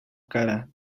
cara